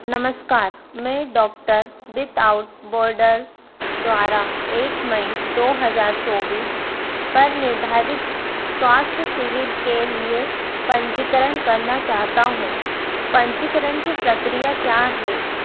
नमस्कार मैं doctor without borders द्वारा एक मई दो हज़ार चौबीस पर निर्धारित स्वास्थ्य शिविर के लिए पन्जीकरण करना चाहता हूँ पन्जीकरण की प्रक्रिया क्या है